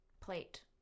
Plate